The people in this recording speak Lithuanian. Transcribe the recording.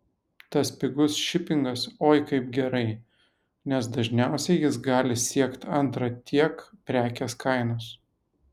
tas pigus šipingas oi kaip gerai nes dažniausiai jis gali siekt antrą tiek prekės kainos